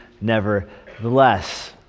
nevertheless